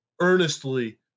earnestly